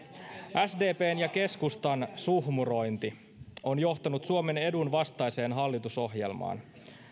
sdpn ja keskustan suhmurointi on johtanut suomen edun vastaiseen hallitusohjelmaan